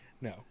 No